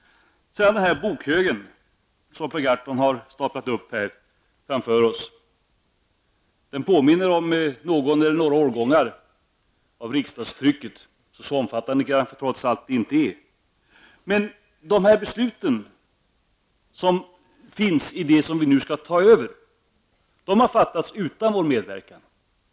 Bokhögen som Per Gahrton har staplat upp här framför oss påminner om någon eller några årgångar av riksdagstrycket; så det kanske trots allt inte är så omfattande. De beslut som finns i det som vi nu skall ta över har fattats utan vår medverkan.